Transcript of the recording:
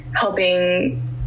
helping